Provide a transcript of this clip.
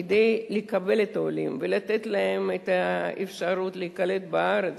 כדי לקבל את העולים ולתת להם את האפשרות להיקלט בארץ